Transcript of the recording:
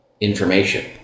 information